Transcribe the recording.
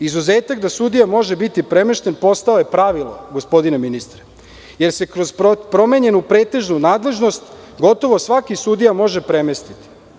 Izuzetak da sudija može biti premešten postao je pravilo, gospodine ministre, jer se kroz promenjenu pretežnu nadležnost gotovo svaki sudija može premestiti.